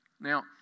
Now